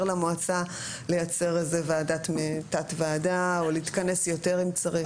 למועצה לייצר תת-ועדה או להתכנס יותר אם צריך.